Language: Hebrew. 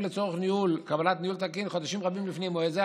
לצורך קבלת ניהול תקין חודשים רבים לפני מועד זה,